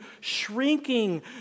shrinking